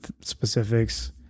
specifics